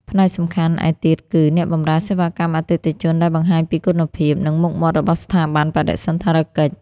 ផ្នែកសំខាន់ឯទៀតគឺ អ្នកបម្រើសេវាកម្មអតិថិជនដែលបង្ហាញពីគុណភាព និងមុខមាត់របស់ស្ថាប័នបដិសណ្ឋារកិច្ច។